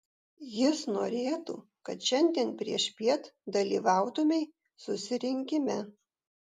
jis norėtų kad šiandien priešpiet dalyvautumei susirinkime